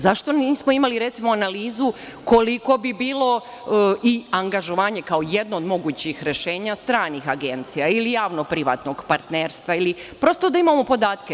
Zašto nismo imali analizu koliko bi bilo angažovanje, kao jedno od mogućih rešenja stranih agencija ili javnog privatnog partnerstva, prosto da imao podatke.